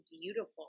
beautiful